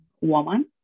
woman